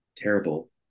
terrible